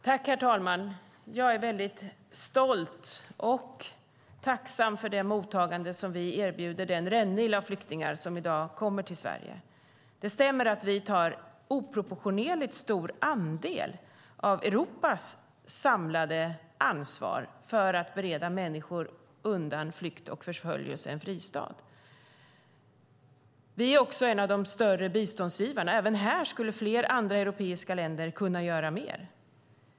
Herr talman! Jag är stolt och tacksam för det mottagande som vi erbjuder den rännil av flyktingar som i dag kommer till Sverige. Det stämmer att vi tar en oproportionerligt stor andel av Europas samlade ansvar för att bereda människor som flyr krig och förföljelse en fristad. Vi är också en av de större biståndsgivarna. Även här skulle fler europeiska länder kunna göra mer.